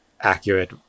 accurate